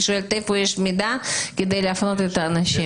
שואלת איפה יש מידע כדי להפנות את האנשים.